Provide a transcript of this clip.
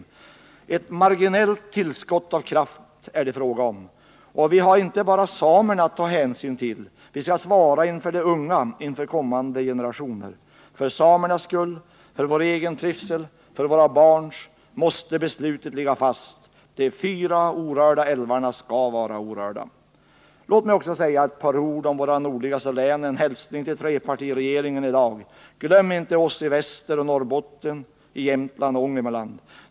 Det är fråga om ett marginellt tillskott av kraft. Och vi har inte bara samerna att ta hänsyn till. Vi skall också svara inför de unga, inför kommande generationer. För samernas skull, för vår egen trivsel och för våra barns måste beslutet ligga fast: de fyra orörda älvarna skall vara orörda. Låt mig också säga ett par ord om våra nordligaste län, en hälsning till trepartiregeringen i dag: Glöm inte oss i Västeroch Norrbotten, i Jämtland och Ångermanland!